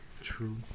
True